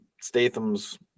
Statham's